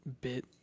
bit